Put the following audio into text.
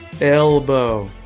Elbow